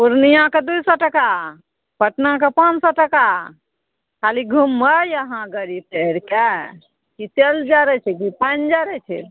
पूर्णियाँके दू सओ टाका पटनाके पाँच सओ टाका खाली घुमबय अहाँ गाड़ी चढ़िके की तेल जड़य छै की पानि जड़य छै